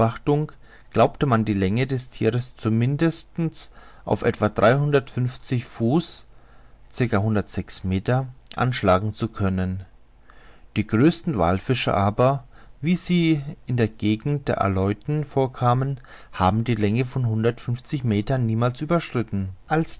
glaubte man die länge des thieres zum mindesten auf etwa dreihundertfünfzig engl fuß meter anschlagen zu können die größten wallfische aber wie sie in der gegend der aleuten vorkommen haben die länge von hundertundfünfzig meter niemals überschritten als